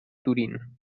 turín